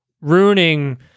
ruining